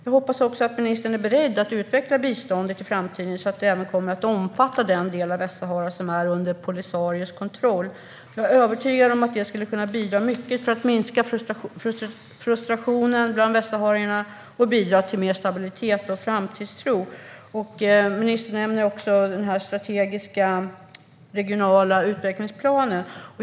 Jag hoppas också att ministern är beredd att utveckla biståndet i framtiden så att det även kommer att omfatta den del av Västsahara som är under Polisarios kontroll. Jag är övertygad om att det skulle bidra mycket till att minska frustrationen bland västsaharierna och bidra till mer stabilitet och framtidstro. Ministern nämner också den strategiska regionala utvecklingsplanen.